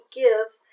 gives